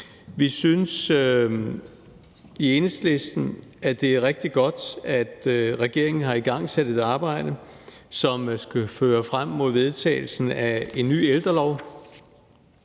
Vi synes i Enhedslisten, at det er rigtig godt, at regeringen har igangsat et arbejde, som fører frem mod vedtagelsen af en ny ældrelov.